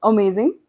Amazing